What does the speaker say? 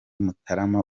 mutarama